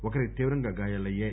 ఒకరికి తీవ్రంగా గాయాలయ్యాయి